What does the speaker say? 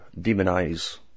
demonize